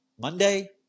Monday